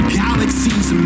galaxies